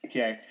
Okay